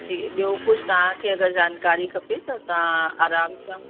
जी ॿियो कुझु तव्हांखे अगरि जानकारी खपे त तव्हां आराम सां